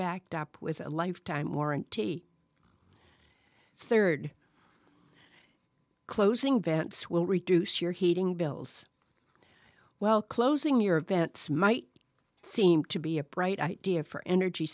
backed up with a lifetime warranty third closing vents will reduce your heating bills while closing your vents might seem to be a bright idea for energy